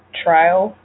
trial